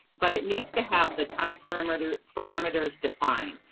but it needs to have the time parameters parameters defined.